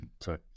Sorry